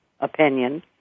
opinion